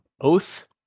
oath